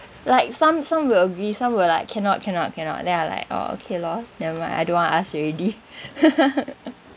like some some will agree some were like cannot cannot cannot then I like like oh okay lor never mind I don't wanna ask already